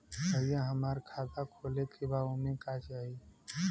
भईया हमार खाता खोले के बा ओमे का चाही?